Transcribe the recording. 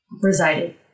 resided